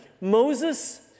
Moses